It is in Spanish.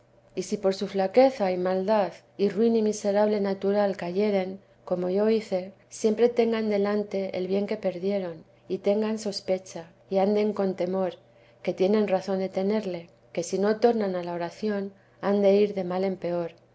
y si por su flaqueza y maldad y ruin y miserable natural cayeren como yo hice siempre tengan delante el bien que perdieron y tengan sospecha y anden con temor que tienen razón de tenerle que si no tornan a la oración han de ir de mal en peor